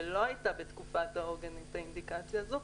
ולא הייתה בתקופת העוגן האינדיקציה הזאת,